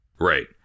Right